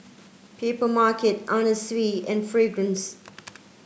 Papermarket Anna Sui and Fragrance